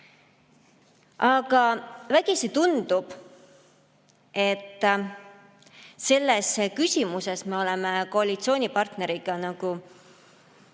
Aga vägisi tundub, et selles küsimuses me oleme koalitsioonipartneriga nagu